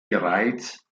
bereits